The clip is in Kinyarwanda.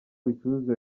bicuruzwa